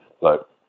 look